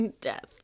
death